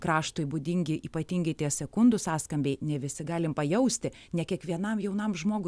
kraštui būdingi ypatingi tie sekundų sąskambiai ne visi galim pajausti ne kiekvienam jaunam žmogui